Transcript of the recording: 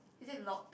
is it locked